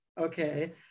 Okay